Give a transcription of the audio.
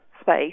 space